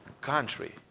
country